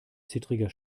zittriger